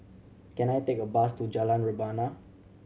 can I take a bus to Jalan Rebana